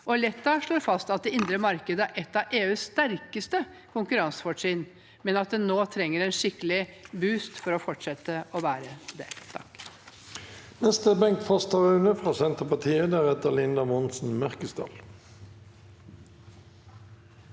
Letta slår fast at det indre marked er et av EUs sterkeste konkurransefortrinn, men at det nå trenger en skikkelig boost for å fortsette å være det. Bengt